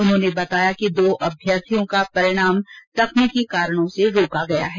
उन्होंने बताया कि दो अभ्यर्थियों का परिणाम तकनीकी कारणों से रोका गया है